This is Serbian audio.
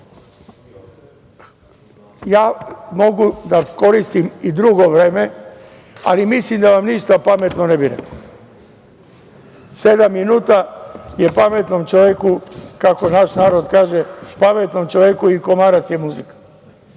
da koristim i drugo vreme, ali mislim da vam ništa pametno ne bih rekao. Sedam minuta je pametnom čoveku, kako naš narod kaže, pametnom čoveku i komarac je muzika. Ovo